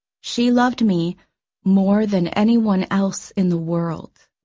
she loved me more than anyone else in the world.